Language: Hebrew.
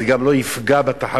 זה גם לא יפגע בתחרות.